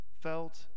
felt